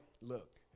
look